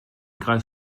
greis